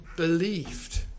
Believed